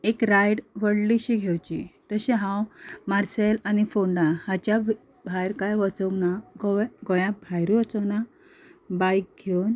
एक रायड व्हडलीशी घेवची तशें हांव मार्सेल आनी फोंडा हाच्या भायर काय वचूंक ना गोंय गोंया भायरूय वचूंक ना बायक घेवन